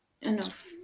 Enough